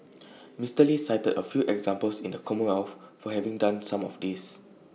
Mister lee cited A few examples in the commonwealth for having done some of this